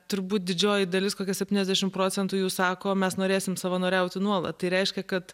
turbūt didžioji dalis kokia septyniasdešimt procentų jų sako mes norėsim savanoriauti nuolat tai reiškia kad